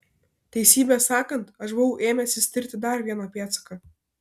teisybę sakant aš buvau ėmęsis tirti dar vieną pėdsaką